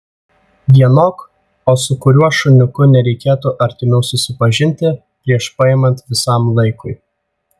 vienok o su kuriuo šuniuku nereikėtų artimiau susipažinti prieš paimant visam laikui